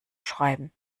schreiben